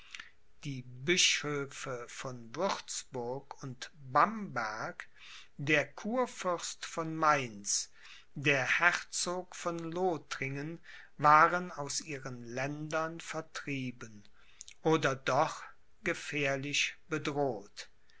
die bischöfe von würzburg und bamberg der kurfürst von mainz der herzog von lothringen waren aus ihren ländern vertrieben oder doch gefährlich bedroht